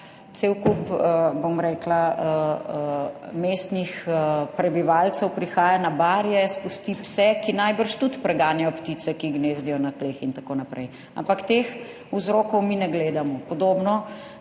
cel kup, bom rekla, mestnih prebivalcev prihaja na Barje, spusti pse, ki tudi najbrž preganjajo ptice, ki gnezdijo na tleh in tako naprej, ampak teh vzrokov mi ne gledamo. Podobno